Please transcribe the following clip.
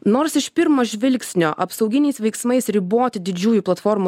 nors iš pirmo žvilgsnio apsauginiais veiksmais riboti didžiųjų platformų